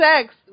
sex